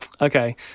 Okay